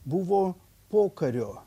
buvo pokario